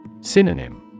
Synonym